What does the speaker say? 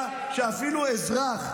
ואמרתי לה שאפילו אזרח,